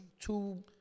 Two